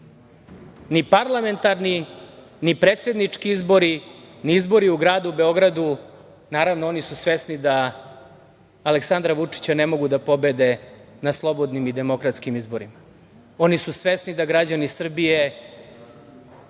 ni parlamentarni, ni predsednički izbori, ni izbori u gradu Beogradu. Naravno oni su svesni da Aleksandra Vučića ne mogu da pobede na slobodnim i demokratskim izborima. Oni su svesni da građani Srbije